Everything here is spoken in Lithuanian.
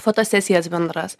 fotosesijas bendras